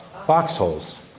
foxholes